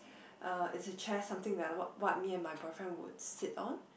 uh is a chair something that wh~ what me and my boyfriend would sit on